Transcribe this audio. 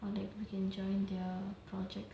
or that we can join their project